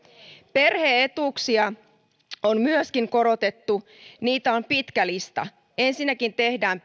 perhe etuuksia on myöskin korotettu niitä on pitkä lista ensinnäkin tehdään